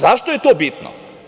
Zašto je to bitno?